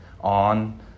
on